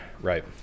Right